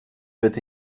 wird